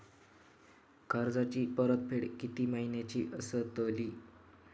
कर्जाची परतफेड कीती महिन्याची असतली?